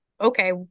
okay